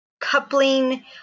coupling